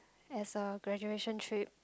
as a graduation trip